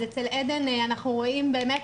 אצל עדן אנחנו רואים באמת,